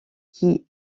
qui